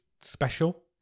special